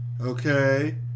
Okay